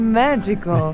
magical